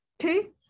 okay